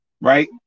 right